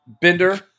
Bender